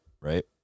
right